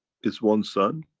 it's one sun.